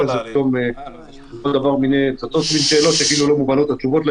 ופתאום צצות שאלות ויגידו שלא מובנות התשובות.